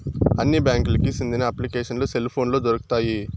అన్ని బ్యాంకులకి సెందిన అప్లికేషన్లు సెల్ పోనులో దొరుకుతాయి